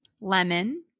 lemon